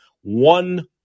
One